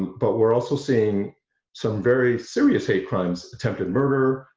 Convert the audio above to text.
but we're also seeing some very serious hate crimes attempted murder,